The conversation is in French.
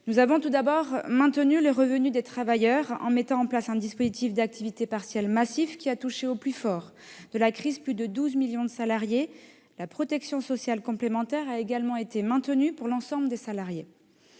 Nous avons tout d'abord maintenu les revenus des travailleurs en mettant en place un dispositif d'activité partielle massif qui, au plus fort de la crise, a touché plus de 12 millions de salariés. La protection sociale complémentaire a également été maintenue pour l'ensemble des salariés.